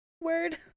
word